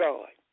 God